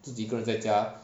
自己一个人在家